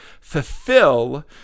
Fulfill